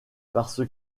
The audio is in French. parce